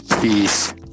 Peace